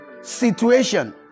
situation